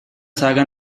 saga